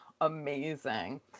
amazing